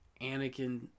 Anakin